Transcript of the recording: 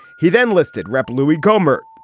he then listed rep. louie gohmert,